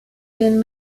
been